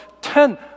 ten